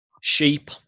sheep